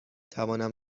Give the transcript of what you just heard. توانم